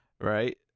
right